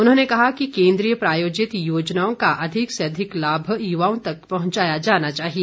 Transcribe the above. उन्होंने कहा कि केन्द्रीय प्रायोजित योजनाओं का अधिक से अधिक लाभ युवाओं तक पहुंचाया जाना चाहिए